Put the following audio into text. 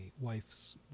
wife's